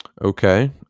Okay